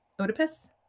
Oedipus